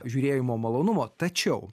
žiūrėjimo malonumo tačiau